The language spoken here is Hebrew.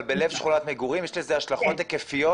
אבל בלב שכונת מגורים יש לזה השלכות היקפיות